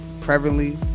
prevalently